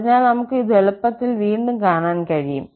അതിനാൽ നമുക്ക് ഇത് എളുപ്പത്തിൽ വീണ്ടും കാണാൻ കഴിയും